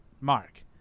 mark